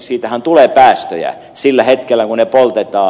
siitähän tulee päästöjä sillä hetkellä kun se poltetaan